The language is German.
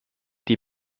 die